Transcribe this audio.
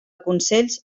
consells